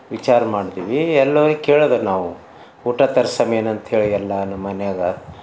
ವಿಚಾರ ಮಾಡ್ತೀವಿ ಎಲ್ಲೋರಿ ಕೇಳಿದೆ ನಾವು ಊಟ ತರ್ಸಮ್ಮಿ ಅಂತ ಹೇಳಿ ಎಲ್ಲ ನಮ್ಮ ಮನ್ಯಾಗ